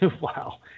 wow